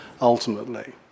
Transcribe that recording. ultimately